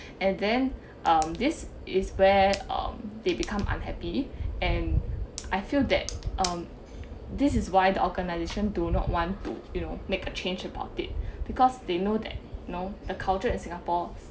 and then um this is where um they become unhappy and I feel that um this is why the organisation do not want to you know make a change about it because they know that no a culture in singapore